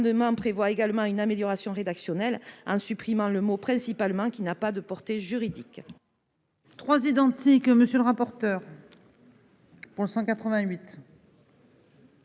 Cet amendement prévoit également une amélioration rédactionnelle par la suppression du mot « principalement », qui n'a pas de portée juridique.